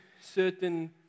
certain